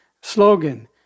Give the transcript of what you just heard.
slogan